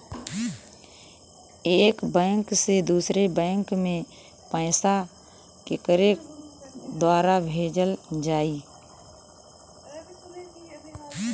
एक बैंक से दूसरे बैंक मे पैसा केकरे द्वारा भेजल जाई?